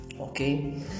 okay